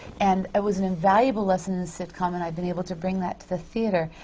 and it was an invaluable lesson in sitcom, and i've been able to bring that to the theatre.